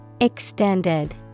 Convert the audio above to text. Extended